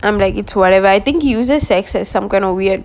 I'm like whatever I think he uses sex as some kind of weird